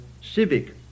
civic